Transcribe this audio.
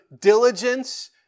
diligence